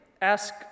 ask